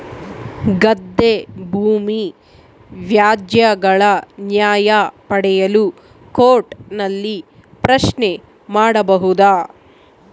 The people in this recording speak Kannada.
ಗದ್ದೆ ಭೂಮಿ ವ್ಯಾಜ್ಯಗಳ ನ್ಯಾಯ ಪಡೆಯಲು ಕೋರ್ಟ್ ನಲ್ಲಿ ಪ್ರಶ್ನೆ ಮಾಡಬಹುದಾ?